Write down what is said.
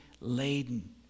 laden